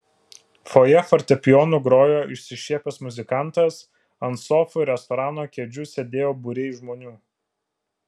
fojė fortepijonu grojo išsišiepęs muzikantas ant sofų ir restorano kėdžių sėdėjo būriai žmonių